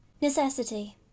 necessity